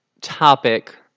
topic